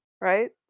right